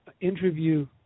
interview